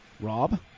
Rob